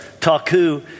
Taku